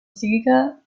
sieger